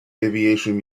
aviation